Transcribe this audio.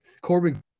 Corbin